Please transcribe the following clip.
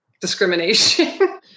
discrimination